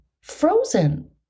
frozen